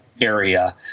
area